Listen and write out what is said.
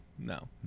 No